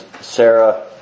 Sarah